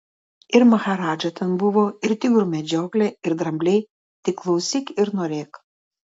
ir maharadža ten buvo ir tigrų medžioklė ir drambliai tik klausyk ir norėk